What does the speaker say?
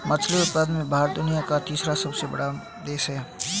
मछली उत्पादन में भारत दुनिया का तीसरा सबसे बड़ा देश है